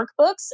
workbooks